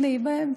הנה היא, באמצע.